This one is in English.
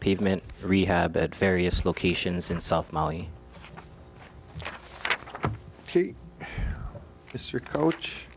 pavement rehab at various locations in south mali he is your coach